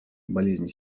болезни